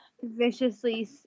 viciously